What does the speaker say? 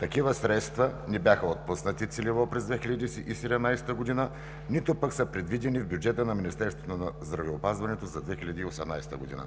Такива средства не бяха отпуснати целево през 2017 г., нито пък са предвидени в бюджета на Министерството на здравеопазването за 2018 г.